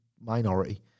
minority